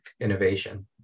innovation